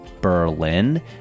Berlin